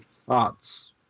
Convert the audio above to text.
Thoughts